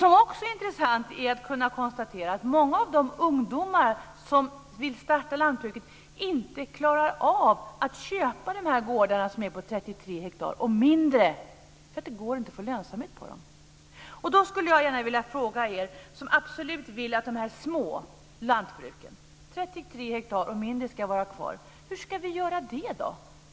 Det är också intressant att kunna konstatera att många av de ungdomar som vill starta lantbruk inte klarar att köpa gårdarna som är 33 hektar eller mindre, eftersom det inte går att få lönsamhet på dem. Hur ska vi göra det?